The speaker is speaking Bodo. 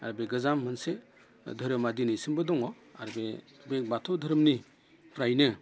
आरो बे गोजाम मोनसे धोरोमा दिनैसिमबो दङ आरो बे बाथौ धोरोमनिफ्रायनो